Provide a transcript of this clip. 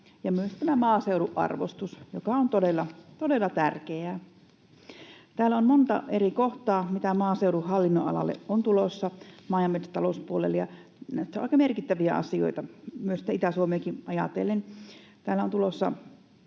ja myös tämä maaseudun arvostus, joka on todella tärkeää. Täällä on monta eri kohtaa, mitä maaseudun hallinnonalalle, maa- ja metsätalouspuolelle, on tulossa, ja näyttää olevan aika merkittäviä asioita myös Itä-Suomea ajatellen. Täällä on tulossa